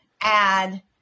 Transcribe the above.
add